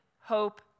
hope